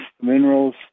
minerals